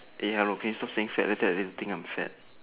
eh stop saying fat later they think I'm fat